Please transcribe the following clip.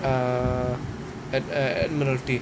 err at at admiralty